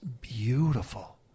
beautiful